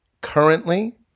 currently